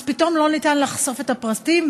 אז פתאום לא ניתן לחשוף את הפרטים,